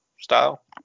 style